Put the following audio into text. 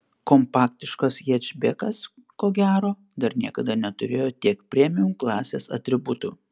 kompaktiškas hečbekas ko gero dar niekada neturėjo tiek premium klasės atributų